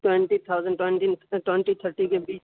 twenty thousand twenty thirty کے بیچ